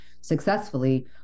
successfully